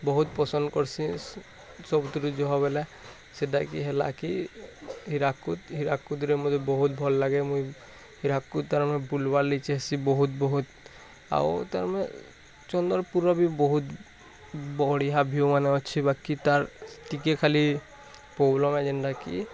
ବହୁତ ପସନ୍ଦ କରସିଁ ସବୁଥିରୁ ଯହ ଗଲା ସେଇଟା କି ହେଲା କି ହୀରାକୁଦ ହୀରାକୁଦରେ ମୋତେ ବହୁତ ଭଲ ଲାଗେ ମୁଇ ହୀରାକୁଦ କାରଣ ବୁଲ୍ବାଲି ଯେସି ବହୁତ ବହୁତ ଆଉ ତମେ ଚନ୍ଦନପୁର୍ର ବି ବହୁତ ବଢ଼ିଆ ଭିୟୁମାନ ଅଛି ବାକି ତା'ର ଟିକେ ଖାଲି ଯେନ୍ତା କି